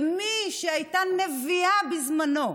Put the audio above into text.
מי שהייתה נביאה בזמנו,